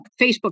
facebook